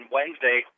Wednesday